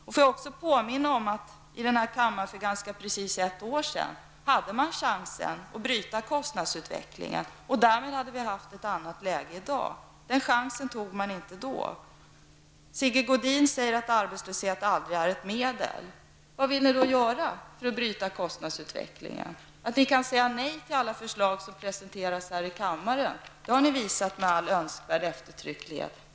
Låt mig också påminna om att här i kammaren för ganska precis ett år sedan hade man chansen att bryta konstnadsutvecklingen. Den chansen tog man inte då, men hade man gjort det hade vi haft ett annat läge i dag. Sigge Godin säger att arbetslöshet aldrig är ett medel. Vad vill ni då göra för att bryta kostnadsutvecklingen? Att ni kan säga nej till alla förslag som presenteras här i kammaren, har ni visat med all önskvärd eftertrycklighet.